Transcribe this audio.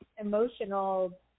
emotional